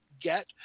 get